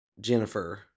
Jennifer